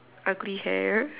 ugly hair